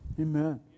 Amen